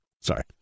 Sorry